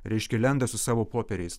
reiškia lenda su savo popieriais